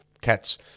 Cats